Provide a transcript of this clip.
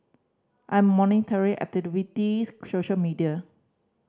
I am monitoring activities social media